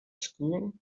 school